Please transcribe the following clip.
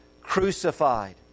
crucified